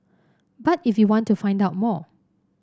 but if you want to find out more